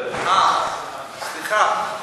סליחה.